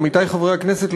עמיתי חברי הכנסת,